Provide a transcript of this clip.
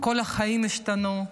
כל החיים השתנו,